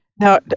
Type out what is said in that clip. Now